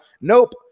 Nope